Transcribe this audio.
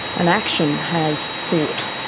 an action has thought,